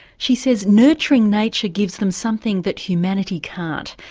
she says nurturing nature gives them something that humanity can't,